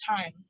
time